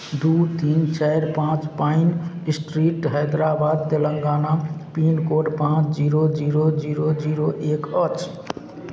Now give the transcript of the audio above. दू तीन चारि पाँच pine street Hyderabad Telangana pincode पाँच जीरो जीरो जीरो जीरो एक अछि